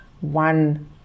one